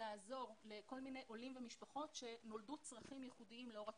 לעזור לכל מיני עולים ומשפחות שנולדו צרכים ייחודיים לאור התקופה,